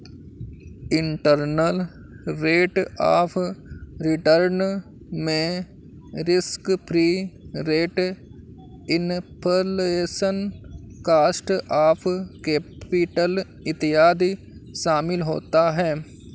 internal rate of return में risk free rate, inflation, cost of capital इत्यादि शामिल होता है